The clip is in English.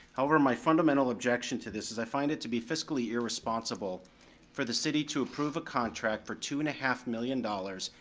however my fundamental objection to this is i find it to be fiscally irresponsible for the city to approve a contract for two and a half million dollars.